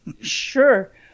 Sure